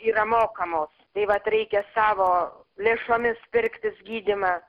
yra mokamos tai vat reikia savo lėšomis pirktis gydymą